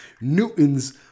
Newton's